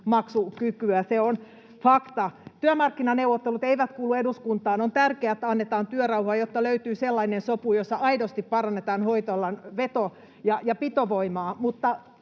palkanmaksukykyä. Se on fakta. Työmarkkinaneuvottelut eivät kuulu eduskuntaan. On tärkeää, että annetaan työrauha, jotta löytyy sellainen sopu, jossa aidosti parannetaan hoitoalan veto- ja pitovoimaa,